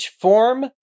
form